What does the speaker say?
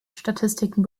statistiken